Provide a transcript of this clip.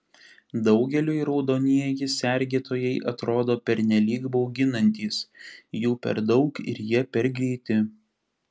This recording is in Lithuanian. daugeliui raudonieji sergėtojai atrodo pernelyg bauginantys jų per daug ir jie per greiti